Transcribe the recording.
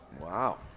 Wow